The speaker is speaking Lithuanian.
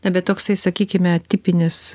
na bet toksai sakykime tipinis